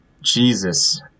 Jesus